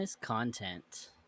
content